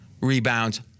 rebounds